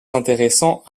intéressants